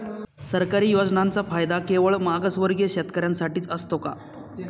सरकारी योजनांचा फायदा केवळ मागासवर्गीय शेतकऱ्यांसाठीच असतो का?